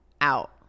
out